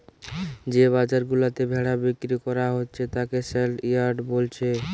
যে বাজার গুলাতে ভেড়া বিক্রি কোরা হচ্ছে তাকে সেলইয়ার্ড বোলছে